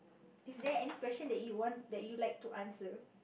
is there any question that you want that you like to answer